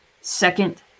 Second